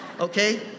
okay